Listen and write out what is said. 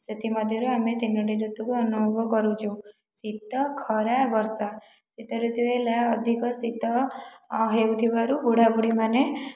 ସେଥିମଧ୍ୟରୁ ଆମେ ତିନୋଟି ଋତୁକୁ ଅନୁଭବ କରୁଛୁ ଶୀତ ଖରା ବର୍ଷା ଶୀତ ଋତୁରେ ହେଲା ଅଧିକା ଶୀତ ହେଉଥିବାରୁ ବୁଢ଼ା ବୁଢ଼ୀ ମାନେ